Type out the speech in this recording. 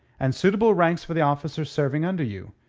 and suitable ranks for the officers serving under you.